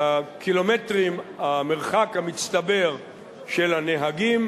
למרחק המצטבר של הנהגים,